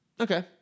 Okay